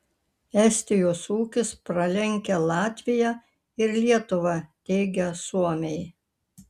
estijos ūkis pralenkia latviją ir lietuvą teigia suomiai